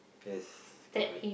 yes correct